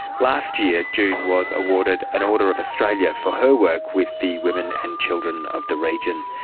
last year, june was awarded an order of australia for her work with the women and children of the region.